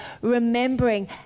remembering